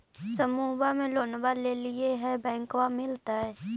समुह मे लोनवा लेलिऐ है बैंकवा मिलतै?